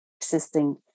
existing